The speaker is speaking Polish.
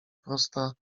prosta